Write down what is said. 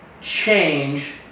change